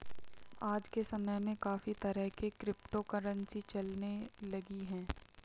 आज के समय में काफी तरह की क्रिप्टो करंसी चलने लगी है